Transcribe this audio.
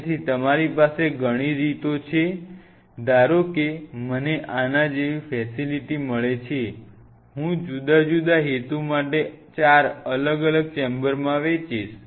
તેથી તમારી પાસે ઘણી રીતો છે ધારો કે મને આના જેવી ફેસિલિટી મળે છે હું જુદા જુદા હેતુ માટે ચાર અલગ અલગ ચેમ્બરમાં વહેંચીશ